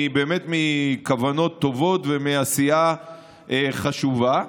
שבאה באמת מכוונות טובות ומעשייה חשובה,